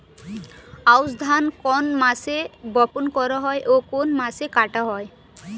আউস ধান কোন মাসে বপন করা হয় ও কোন মাসে কাটা হয়?